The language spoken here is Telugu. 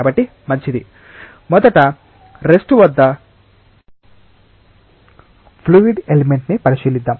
కాబట్టి మంచిది మొదట రెస్ట్ వద్ద ఫ్లూయిడ్ ఎలిమెంట్ ని పరిశీలిద్దాం